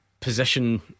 position